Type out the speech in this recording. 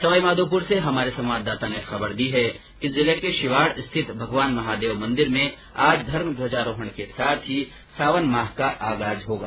सवाईमाधोपुर से हमारे संवाददाता ने खबर दी है कि जिले के शिवाड़ स्थित भगवान महादेव मंदिर में आज धर्म ध्वजारोहण के साथ ही सावन माह का आगाज होगा